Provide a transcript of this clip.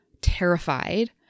terrified